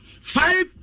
five